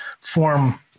form